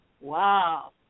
wow